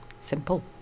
Simple